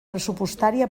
pressupostària